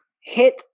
hit